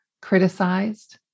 criticized